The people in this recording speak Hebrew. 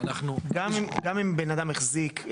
גם אם בן אדם החזיק,